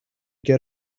get